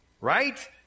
Right